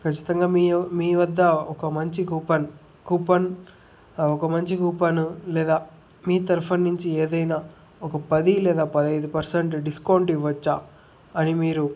ఖచ్చితంగా మీ మీ వద్ద ఒక మంచి కూపన్ కూపన్ ఒక మంచి కూపను లేదా మీ తరుపున నుంచి ఏదైన ఒక పది లేదా పదహైదు పర్సెంట్ డిస్కౌంట్ ఇవచ్చా అని మీరు